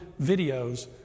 videos